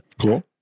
Cool